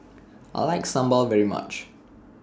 I like Sambal very much